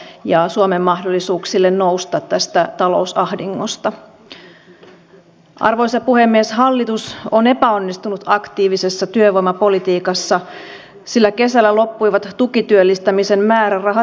tietosuojavaltuutettu aarnio on aivan samaa mieltä tästä asiasta ja itse asiassa hän näkee että meidän pitäisi muuttaa tietosuojalainsäädäntöä